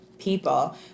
People